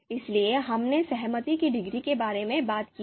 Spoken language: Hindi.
इसलिए हमने सहमति की डिग्री के बारे में बात की है